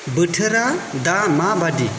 बोथोरा दा माबायदि